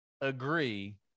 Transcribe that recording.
agree